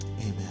Amen